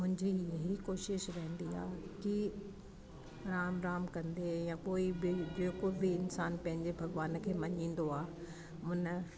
मुंहिंजी इहा कोशिशि रहंदी आहे की राम राम कंदे या पोइ बि ॿियों कोई बि इंसानु पंहिंजे भॻिवान खे मञींदो आहे हुन